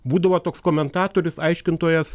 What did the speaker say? būdavo toks komentatorius aiškintojas